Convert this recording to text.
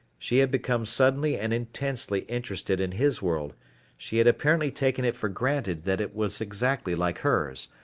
she had become suddenly and intensely interested in his world she had apparently taken it for granted that it was exactly like hers,